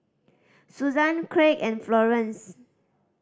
Suzan Craig and Florance